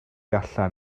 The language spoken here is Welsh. allan